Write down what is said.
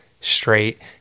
straight